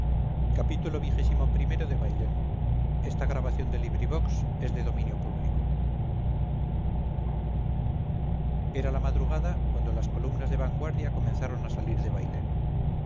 xxvi xxvii xxviii xxix xxx xxxi xxxii bailén de benito pérez galdós era la madrugada cuando las columnas de vanguardia comenzaron a salir de bailén